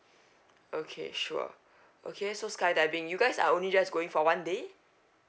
okay sure okay so skydiving you guys are only just going for one day